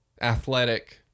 athletic